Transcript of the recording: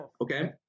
Okay